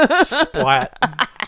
Splat